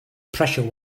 pressure